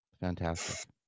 Fantastic